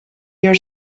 your